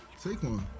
Saquon